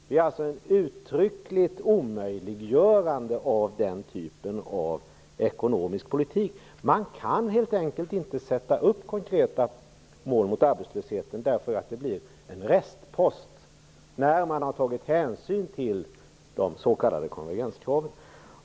Det är ett uttryckligt omöjliggörande av den typen av ekonomisk politik. Man kan helt enkelt inte sätta upp konkreta mål mot arbetslösheten, därför att det blir en restpost när man har tagit hänsyn till de s.k. konvergenskraven.